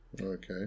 Okay